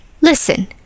Listen